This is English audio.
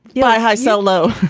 you buy high, sell low,